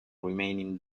remaining